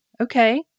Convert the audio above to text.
Okay